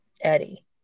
Eddie